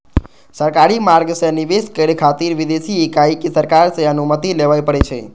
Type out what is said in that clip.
सरकारी मार्ग सं निवेश करै खातिर विदेशी इकाई कें सरकार सं अनुमति लेबय पड़ै छै